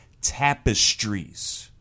tapestries